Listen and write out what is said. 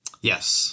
Yes